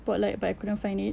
spotlight but I couldn't find it